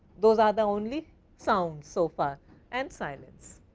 those are the only sounds so far and silence.